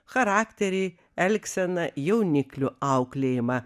charakterį elgseną jauniklių auklėjimą